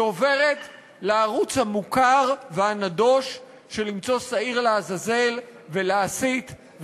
היא עוברת לערוץ המוכר והנדוש של למצוא שעיר לעזאזל ולהסית,